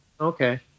okay